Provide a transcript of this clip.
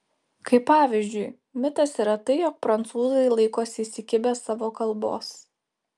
kaip pavyzdžiui mitas yra tai jog prancūzai laikosi įsikibę savo kalbos